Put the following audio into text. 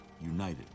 united